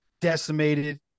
decimated